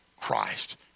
Christ